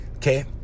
Okay